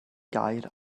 gair